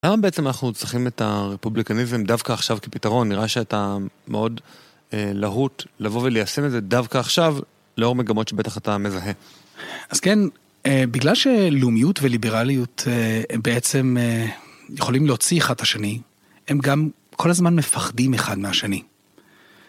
למה בעצם אנחנו צריכים את הרפובליקניזם דווקא עכשיו כפתרון, נראה שאתה מאוד להוט לבוא וליישם את זה דווקא עכשיו, לאור מגמות שבטח אתה מזהה. אז כן, בגלל שלאומיות וליברליות הם בעצם יכולים להוציא אחד את השני, הם גם כל הזמן מפחדים אחד מהשני.